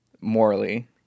Morally